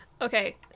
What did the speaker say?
Okay